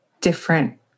different